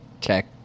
check